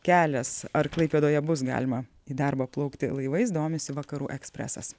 kelias ar klaipėdoje bus galima į darbą plaukti laivais domisi vakarų ekspresas